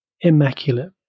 immaculate